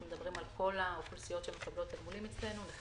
מדברים על כל האוכלוסיות שמקבלות תגמולים אצלנו.